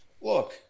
look